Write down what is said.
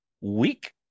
week